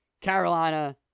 Carolina